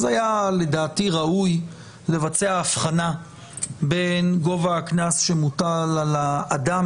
היה לדעתי ראוי לבצע הבחנה בין גובה הקנס שמוטל על אדם